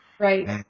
right